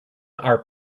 are